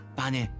pane